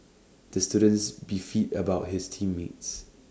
the students beefed about his team mates